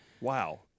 Wow